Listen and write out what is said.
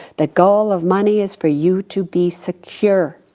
the goal of money is for you to be secure.